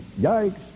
yikes